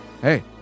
Hey